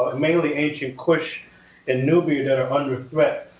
ah maybe ancient kush and nubia, that are under threat.